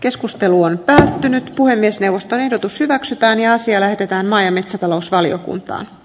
keskustelu on lähtenyt puhemiesneuvoston ehdotus hyväksytään ja asia lähetetään maa ja metsätalousvaliokunta